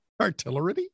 artillery